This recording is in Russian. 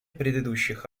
предыдущих